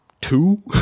two